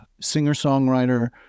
singer-songwriter